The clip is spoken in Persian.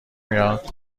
میاد